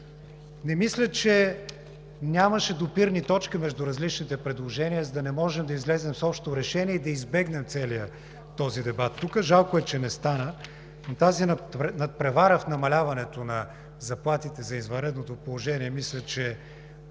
Не мисля, че нямаше допирни точки между различните предложения, за да не можем да излезем с общо решение и да избегнем целия този дебат тук. Жалко е, че не стана. Тази надпревара в намаляването на заплатите за извънредното положение мисля, че